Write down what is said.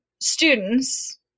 students